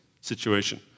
situation